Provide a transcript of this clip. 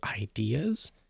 ideas